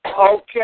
Okay